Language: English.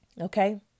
Okay